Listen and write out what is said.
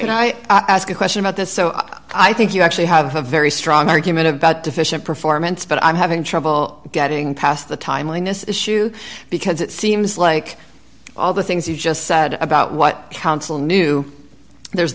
also in i ask a question about this so i think you actually have a very strong argument about deficient performance but i'm having trouble getting past the timeliness issue because it seems like all the things you just said about what counsel knew there's